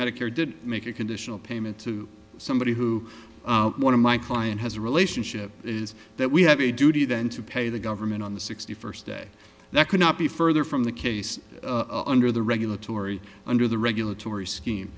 medicare did make a conditional payment to somebody who one of my client has a relationship is that we have a duty then to pay the government on the sixty first day that could not be further from the case under the regulatory under the regulatory s